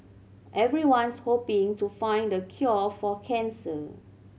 everyone's hoping to find the cure for cancer